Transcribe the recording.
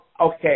okay